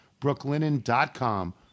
brooklinen.com